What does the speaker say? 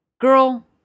Girl